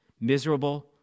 Miserable